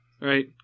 Right